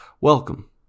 Welcome